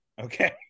Okay